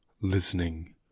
listening